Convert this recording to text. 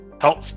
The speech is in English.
help